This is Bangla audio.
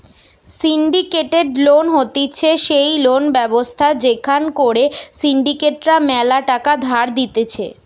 সিন্ডিকেটেড লোন হতিছে সেই লোন ব্যবস্থা যেখান করে সিন্ডিকেট রা ম্যালা টাকা ধার দিতেছে